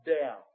down